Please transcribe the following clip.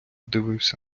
дивився